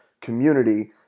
community